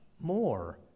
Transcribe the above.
more